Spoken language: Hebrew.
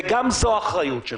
וגם זו אחריות שלך,